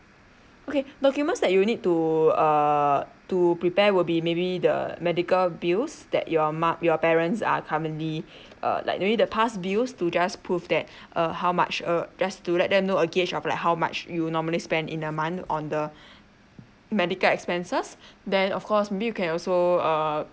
okay documents that you need to uh to prepare will be maybe the medical bills that your mum your parents are currently uh like maybe the past bills to just prove that uh how much uh just to let them know a gauge of like how much you normally spend in a month on the medical expenses then of course maybe you can also uh